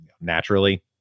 naturally